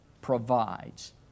provides